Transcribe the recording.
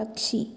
പക്ഷി